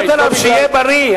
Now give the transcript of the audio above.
אין לי טענות אליו, שיהיה בריא.